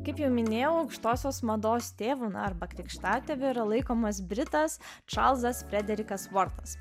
kaip jau minėjau aukštosios mados tėvu na arba krikštatėviu yra laikomas britas čarlzas frederikas vortas